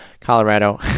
Colorado